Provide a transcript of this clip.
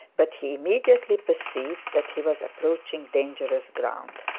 but he immediately perceived that he was approaching dangerous ground.